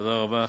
תודה רבה.